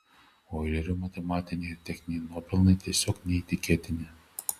oilerio matematiniai ir techniniai nuopelnai tiesiog neįtikėtini